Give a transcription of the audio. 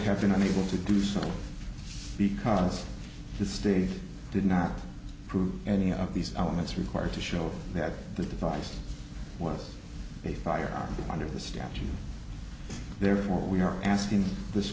have been unable to do so because the state did not prove any of these elements required to show that the device was a fire under the statute therefore we are asking this